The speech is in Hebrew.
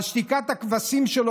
הבטחנו לצעירים שלנו